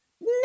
no